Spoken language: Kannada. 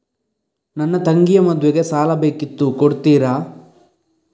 ನನ್ನ ತಂಗಿಯ ಮದ್ವೆಗೆ ಸಾಲ ಬೇಕಿತ್ತು ಕೊಡ್ತೀರಾ?